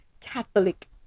Catholic